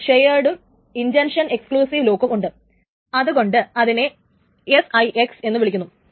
അതിൽ ഷെയർഡും intention exclusive ലോക്കും ഉണ്ട് അതുകൊണ്ട് അതിനെ SIX എന്ന് വിളിക്കുന്നു